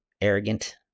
arrogant